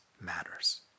matters